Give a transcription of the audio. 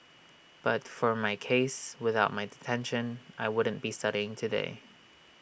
but for my case without my detention I wouldn't be studying today